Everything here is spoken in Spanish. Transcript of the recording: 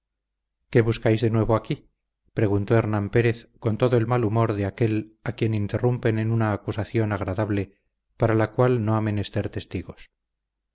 qué buscáis de nuevo aquí preguntó hernán pérez con todo el mal humor de aquél a quien interrumpen en una acusación agradable para la cual no ha menester testigos